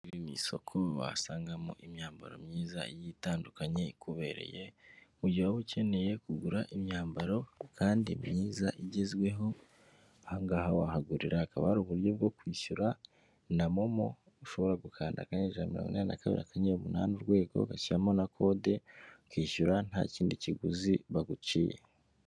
Iri ngiri ni isoko wasangamo imyambaro myiza igiye itandukanye ikubereye, mu gihe waba ukeneye kugura imyambaro kandi myiza igezweho, aha ngaha wahagurira, hakaba hari uburyo bwo kwishyura na MOMO, ushobora gukanda akanyenyeri ijana na mirongo inani na kabiri, akanyenyeri umunani urwego, ugashyiramo na kode, ukishyura nta kindi kiguzi baguciye.